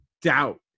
Doubt